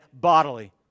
bodily